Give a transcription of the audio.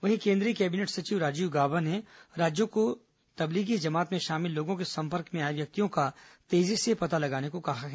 वहीं केंद्रीय कैबिनेट सचिव राजीव गाबा ने राज्यों को तबलीगी जमात में शामिल लोगों के संपर्क में आये व्यक्तियों का तेजी से पता लगाने को कहा है